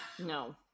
no